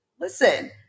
listen